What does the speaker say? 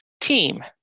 team